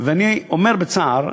ואני אומר בצער,